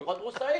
דוחות בורסאיים.